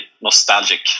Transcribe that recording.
nostalgic